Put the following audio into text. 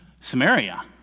Samaria